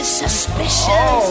suspicious